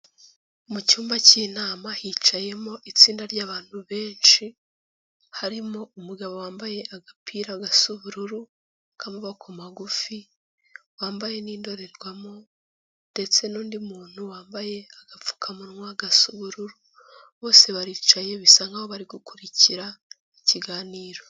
Mu cyumba cy'inama hicayemo itsinda ry'abantu benshi, harimo umugabo wambaye agapira gasa ubururu, k'amaboko magufi, wambaye n'indorerwamo, ndetse n'undi muntu wambaye agapfukamunwa, gasa ubururu, bose baricaye, bisa nkaho bari gukurikira ikiganiro.